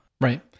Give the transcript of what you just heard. Right